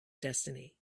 destiny